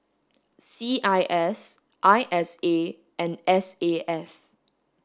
C I S I S A and S A F